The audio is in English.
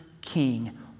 King